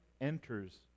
enters